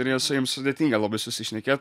ir jiems jiems sudėtinga labai susišnekėt